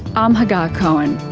um hagar cohen.